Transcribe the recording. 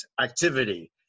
activity